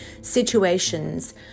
situations